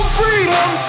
freedom